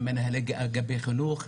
עם מנהלי אגפי חינוך,